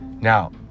Now